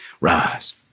Rise